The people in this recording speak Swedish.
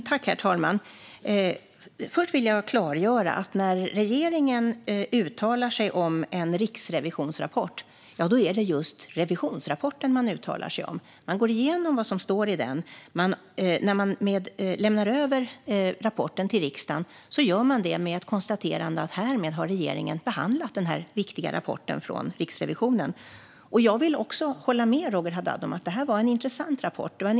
Herr ålderspresident! Först vill jag klargöra att när regeringen uttalar sig om en rapport från Riksrevisionen är det just revisionsrapporten man uttalar sig om. Man går igenom det som står i den. När man lämnar över rapporten till riksdagen gör man det med ett konstaterande att regeringen härmed har behandlat den viktiga rapporten från Riksrevisionen. Jag håller med Roger Haddad om att det var en intressant rapport.